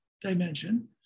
dimension